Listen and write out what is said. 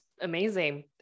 amazing